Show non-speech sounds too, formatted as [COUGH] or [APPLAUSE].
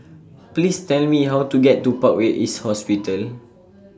[NOISE] Please Tell Me How to get to Parkway East Hospital